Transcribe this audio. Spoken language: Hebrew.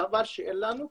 חבל שאין לנו,